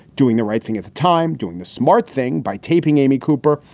doing the right thing at the time. doing the smart thing by taping amy cooper,